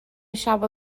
شبو